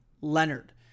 Leonard